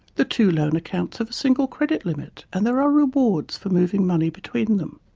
the two loan accounts have a single credit limit and there are rewards for moving money between them.